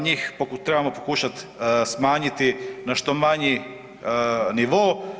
Njih trebamo pokušati smanjiti na što manji nivo.